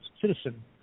citizen